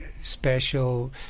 special